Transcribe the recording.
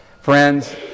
Friends